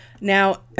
Now